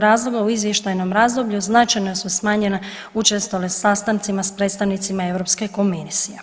razloga u izvještajnom razdoblju značajno su smanjena učestali sastancima s predstavnicima Europske komisije.